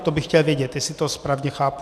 Jenom to bych chtěl vědět, jestli to správně chápu.